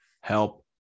help